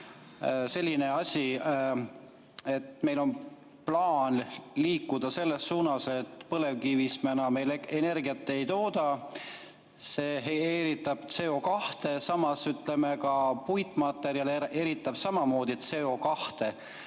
selline asi. Meil on plaan liikuda selles suunas, et põlevkivist me enam energiat ei tooda. See eritab CO2. Samas ka puitmaterjal eritab samamoodi CO2.